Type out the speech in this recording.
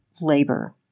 labor